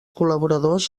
col·laboradors